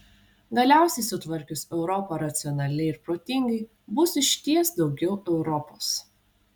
galiausiai sutvarkius europą racionaliai ir protingai bus išties daugiau europos